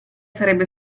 sarebbe